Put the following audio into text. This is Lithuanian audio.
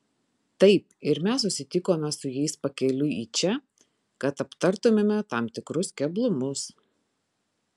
taip ir mes susitikome su jais pakeliui į čia kad aptartumėme tam tikrus keblumus